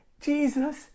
Jesus